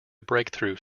breakthrough